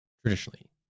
Traditionally